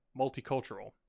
multicultural